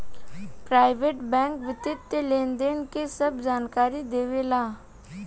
private bank वित्तीय लेनदेन के सभ जानकारी देवे ला